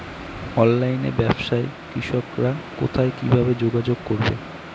অনলাইনে ব্যবসায় কৃষকরা কোথায় কিভাবে যোগাযোগ করবে?